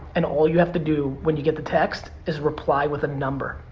and all you have to do when you get the text is reply with a number.